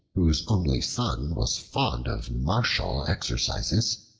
whose only son was fond of martial exercises,